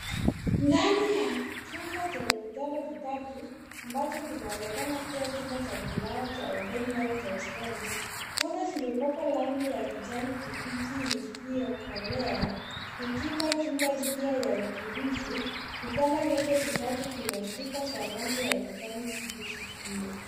Ndani ya chumba chenye vitanda vitatu ambacho kinaonekana kiwa chumba cha kulala au hosteli. Kuta zimepakwa rangi ya kijani kibichi isiyokolea ikipa chumba hisia ya utulivu. Vitanda vyote vitatu vina shuka za rangi ya kijani kibichi pia.